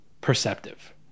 perceptive